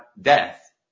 death